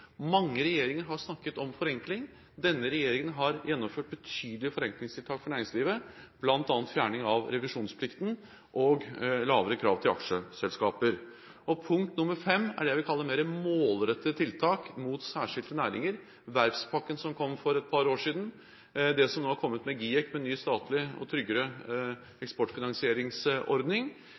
Mange regjeringer har snakket om forenkling, denne regjeringen har gjennomført betydelige forenklingstiltak for næringslivet, bl.a. fjerning av revisjonsplikten og lavere krav til aksjeselskaper. Punkt nr. 5 er det jeg vil kalle mer målrettede tiltak mot særskilte næringer – verftspakken, som kom for et par år siden, og